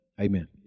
Amen